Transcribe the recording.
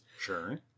Sure